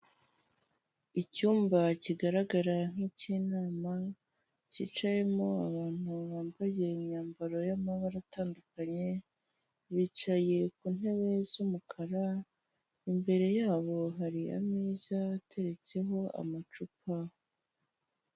Icyumba kigaragara nk'icy'inama, cyicayemo abantu bambaye imyambaro y'amabara atandukanye, bicaye ku ntebe z'umukara, imbere yabo hari ameza ateretseho amacupa.